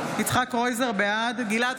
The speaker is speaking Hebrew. קרויזר, בעד גלעד